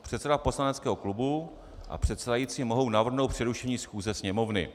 Předseda poslaneckého klubu a předsedající mohou navrhnout přerušení schůze Sněmovny.